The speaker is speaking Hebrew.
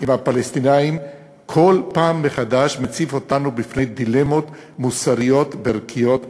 עם הפלסטינים כל פעם מחדש מציב אותנו בפני דילמות מוסריות וערכיות קשות,